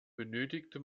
benötigte